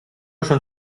schon